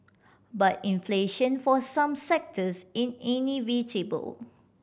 but inflation for some sectors in inevitable